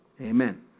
Amen